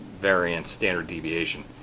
variance, standard deviation,